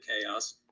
chaos